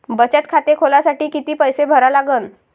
बचत खाते खोलासाठी किती पैसे भरा लागन?